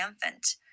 triumphant